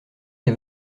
des